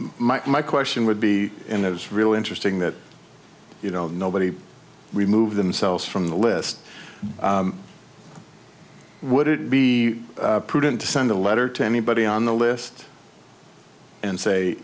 my my question would be and it was really interesting that you know nobody remove themselves from the list would it be prudent to send a letter to anybody on the list and say